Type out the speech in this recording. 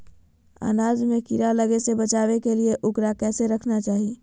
अनाज में कीड़ा लगे से बचावे के लिए, उकरा कैसे रखना चाही?